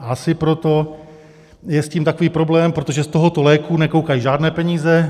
Asi proto je s tím takový problém, protože z tohoto léku nekoukají žádné peníze.